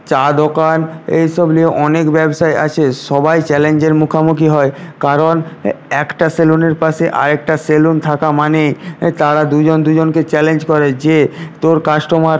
চা দোকান এই সব নিয়ে অনেক ব্যবসাই আছে সবাই চ্যালেঞ্জের মুখামুখি হয় কারণ একটা সেলুনের পাশে আর একটা সেলুন থাকা মানেই তারা দুজন দুজনকে চ্যালেঞ্জ করে যে তোর কাস্টমার